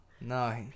No